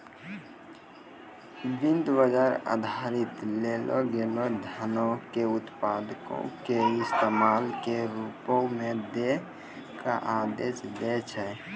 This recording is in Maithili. वित्त बजार उधारी लेलो गेलो धनो के उत्पादको के इस्तेमाल के रुपो मे दै के आदेश दै छै